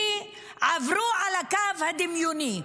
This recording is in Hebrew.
כי עברו את הקו הדמיוני.